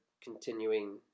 continuing